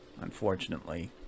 unfortunately